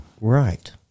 Right